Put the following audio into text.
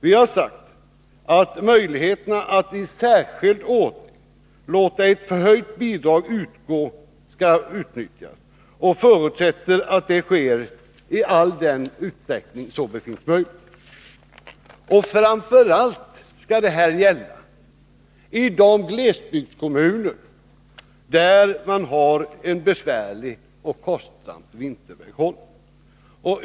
Vi har sagt att möjligheterna att i särskild ordning låta ett förhöjt bidrag utgå skall utnyttjas, och vi förutsätter att detta sker i all den utsträckning som det befinns möjligt. Framför allt skall detta gälla för enskilda vägar i de glesbygdskommuner där man har en besvärlig och kostsam vinterväghållning.